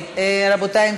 רבותי,